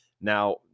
Now